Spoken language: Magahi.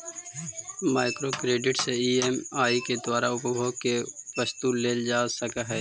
माइक्रो क्रेडिट से ई.एम.आई के द्वारा उपभोग के वस्तु लेल जा सकऽ हई